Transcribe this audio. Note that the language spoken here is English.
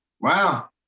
Wow